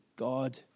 God